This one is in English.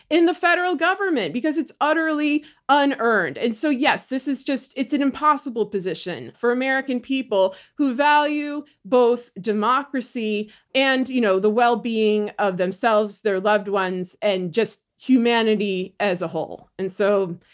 in the federal government because it's utterly unearned. and so yes, this is just, it's an impossible position for american people who value both democracy and you know the wellbeing of themselves, their loved ones, and just humanity as a whole. and so,